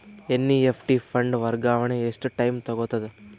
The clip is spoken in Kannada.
ಎನ್.ಇ.ಎಫ್.ಟಿ ಫಂಡ್ ವರ್ಗಾವಣೆ ಎಷ್ಟ ಟೈಮ್ ತೋಗೊತದ?